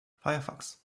firefox